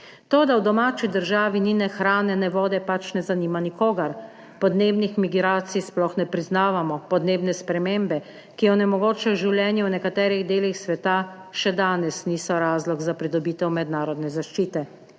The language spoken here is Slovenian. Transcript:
To, da v domači državi ni ne hrane ne vode, pač ne zanima nikogar. Podnebnih migracij sploh ne priznavamo. Podnebne spremembe, ki onemogočajo življenje v nekaterih delih sveta, še danes niso razlog za pridobitev mednarodne zaščite.